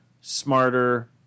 smarter